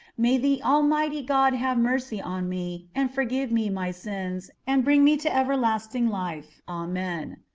may the almighty god have mercy on me, and forgive me my sins, and bring me to everlasting life. amen.